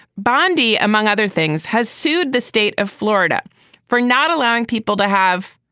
bondi, among other things, has sued the state of florida for not allowing people to have.